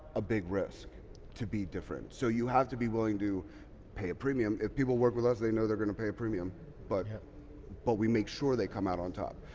a big risk to be different so you have to be willing to pay a premium. if people work with us, they know they're going to pay a premium but but we make sure they come out on top.